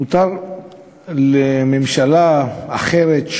מותר לממשלה אחרת,